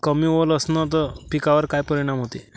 कमी ओल असनं त पिकावर काय परिनाम होते?